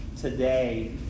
today